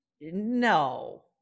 No